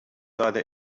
either